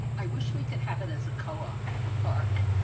i wish we could have it as a co op a park,